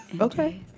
Okay